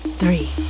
three